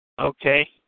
Okay